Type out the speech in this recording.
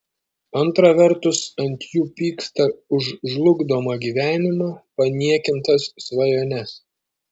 antra vertus ant jų pyksta už žlugdomą gyvenimą paniekintas svajones